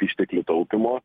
išteklių taupymo